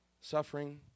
suffering